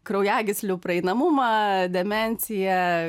kraujagyslių praeinamumą demencija